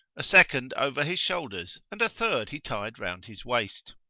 a second over his shoulders and a third he tied round his waist.